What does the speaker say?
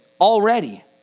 already